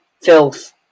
Filth